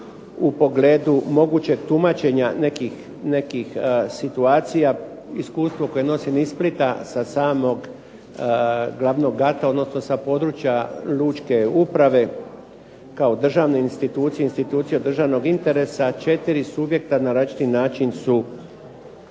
u pogledu mogućeg tumačenja nekih situacija, iskustvo koje nosim iz Splita sa samog glavnog …/Govornik se ne razumije./…, odnosno sa područja lučke uprave, kao državne institucije, institucije od državnog interesa četiri subjekta na različiti način su